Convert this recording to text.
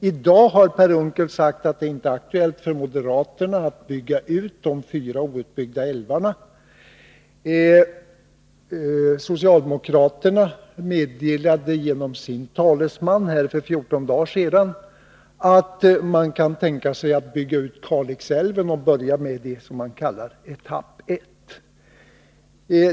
I dag har Per Unckel sagt att moderaterna inte tycker att det är aktuellt att bygga ut de fyra outbyggda älvarna. Socialdemokraterna meddelade genom sin talesman för 14 dagar sedan att man kan tänka sig att bygga ut Kalixälven och börja med det som man kallar Etapp 1.